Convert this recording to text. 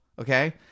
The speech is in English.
okay